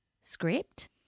script